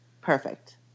Perfect